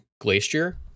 Glacier